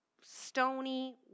stony